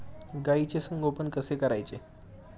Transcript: गाईचे संगोपन कसे करायचे?